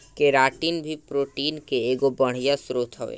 keratin भी protein के एगो बढ़िया स्रोत हवे